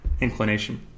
inclination